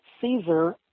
Caesar